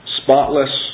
spotless